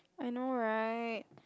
I know right